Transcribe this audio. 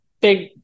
big